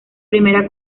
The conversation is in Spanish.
primera